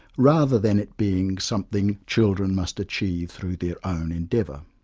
rather than it being something children must achieve through their own endeavour.